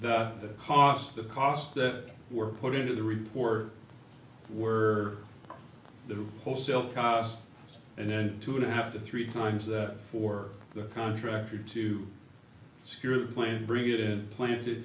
stoping the cost the cost that were put into the report were the wholesale cost and then two and a half to three times that for the contractor to secure the plant bring it in planted